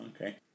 Okay